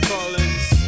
Collins